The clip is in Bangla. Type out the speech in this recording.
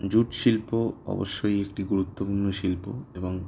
জুট শিল্প অবশ্যই একটি গুরুত্বপূর্ণ শিল্প এবং